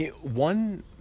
One